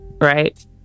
right